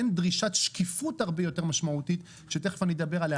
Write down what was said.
אין דרישת שקיפות הרבה יותר משמעותית שתכף אני אדבר עליה,